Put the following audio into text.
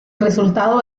resultado